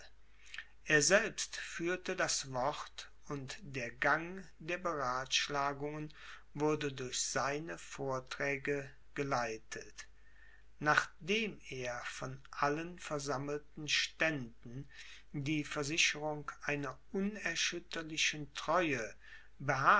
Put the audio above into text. er selbst führte das wort und der gang der beratschlagungen wurde durch seine vorträge geleitet nachdem er von allen versammelten ständen die versicherung einer unerschütterlichen treue